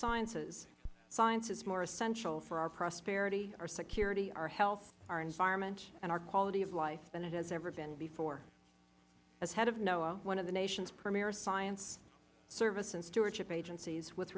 sciences science is more essential for our prosperity our security our health our environment and our quality of life than it has ever been before as head of noaa one of the nation's premiere science service and stewardship agencies with